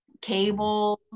cables